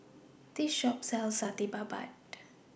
This Shop sells Satay Babat